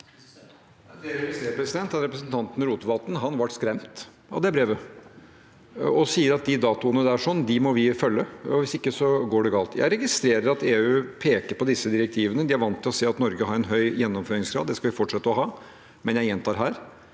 er at representanten Rotevatn «vart skræmt» av det brevet og sier at de datoene, de må vi følge – hvis ikke går det galt. Jeg registrerer at EU peker på disse direktivene. De er vant til å se at Norge har en høy gjennomføringsgrad. Det skal vi fortsette å ha. Men jeg gjentar her: